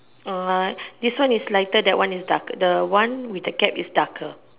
this one is lighter that one is darker the one with the cat is darker